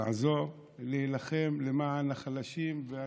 לעזור, להילחם למען החלשים והקשישים,